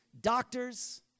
doctors